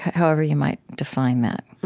however you might define that